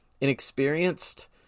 inexperienced